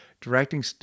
directing